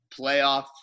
playoff